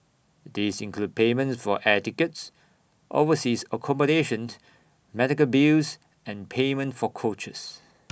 these include payments for air tickets overseas accommodation medical bills and payment for coaches